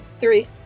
Three